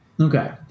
Okay